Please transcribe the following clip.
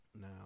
Now